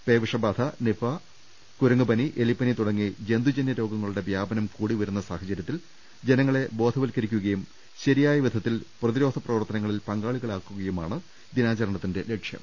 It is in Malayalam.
പേവിഷബാധ നിപ്പ കുരങ്ങുപനി എലിപ്പനി തുടങ്ങി ജന്തുജന്യ രോഗങ്ങളുടെ വ്യാപനം കൂടിവരുന്ന സാഹചര്യത്തിൽ ജനങ്ങ ളെ ബോധവൽക്കരിക്കുകയും ശരിയായ വിധത്തിൽ പ്രതിരോധ പ്രവർത്ത നങ്ങളിൽ പങ്കാളികളാക്കുക എന്നതാണ് ദിനാചരണത്തിന്റെ ലക്ഷ്യം